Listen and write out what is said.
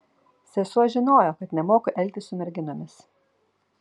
sesuo žinojo kad nemoku elgtis su merginomis